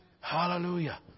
Hallelujah